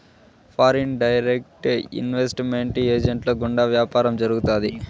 foreign direct investment ఏజెంట్ల గుండా వ్యాపారం జరుగుతాది